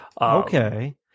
Okay